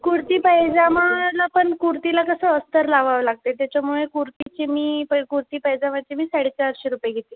कुर्ती पैजामाला पण कुर्तीला कसं अस्तर लावावे लागते त्याच्यामुळे कुर्तीची मी पै कुर्ती पैजामाची मी साडेचारशे रुपये घेते